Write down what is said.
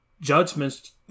judgments